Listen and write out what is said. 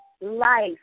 life